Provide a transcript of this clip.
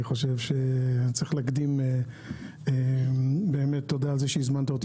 אני צריך להקדים ולומר תודה על זה שהזמנת אותי.